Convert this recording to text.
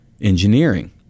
engineering